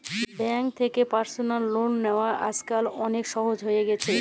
bank থ্যাকে personal loan লিয়া আইজকাল অলেক সহজ হ্যঁয়ে গেছে